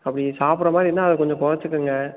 அப்படி சாப்பிட்ற மாதிரி இருந்தால் அதை கொஞ்சம் குறைச்சிக்கிங்க